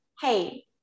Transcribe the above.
hey